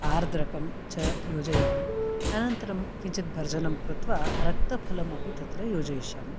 आर्द्रकं च योजयामि अनन्तरं किञ्चित् भर्जनं कृत्वा रक्तफलम् अपि तत्र योजयिष्यामि